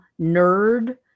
nerd